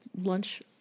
lunch